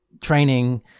training